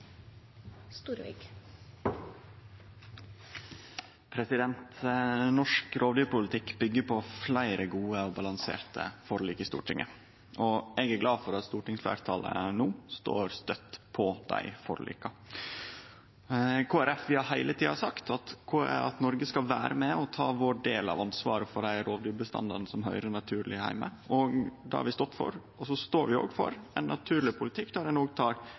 glad for at stortingsfleirtalet no står støtt på dei forlika. Kristeleg Folkeparti har heile tida sagt at Noreg skal vere med og ta vår del av ansvaret for dei rovdyrbestandane som høyrer naturleg heime her. Det har vi stått for. Vi står òg for ein naturleg politikk der ein òg vektlegg dei interessene som er på den andre sida av konflikten. Vi står heilt og